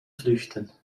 flüchten